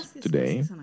today